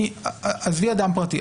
עזבי אדם פרטי,